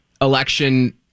election